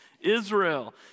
Israel